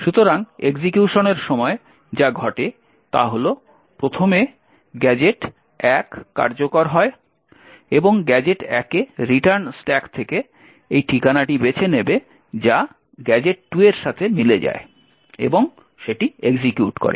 সুতরাং এক্সিকিউশনের সময় যা ঘটে তা হল প্রথমে গ্যাজেট 1 কার্যকর হয় এবং গ্যাজেট 1 এ রিটার্ন স্ট্যাক থেকে এই ঠিকানাটি বেছে নেবে যা গ্যাজেট 2 এর সাথে মিলে যায় এবং এক্সিকিউট করে